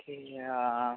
പിന്നാ